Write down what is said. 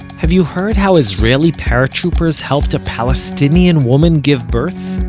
have you heard how israeli paratroopers helped a palestinian woman give birth?